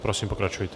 Prosím, pokračujte.